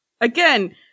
again